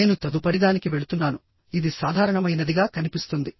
నేను తదుపరిదానికి వెళుతున్నాను ఇది సాధారణమైనదిగా కనిపిస్తుంది